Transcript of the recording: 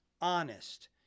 honest